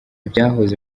byahoze